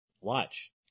Watch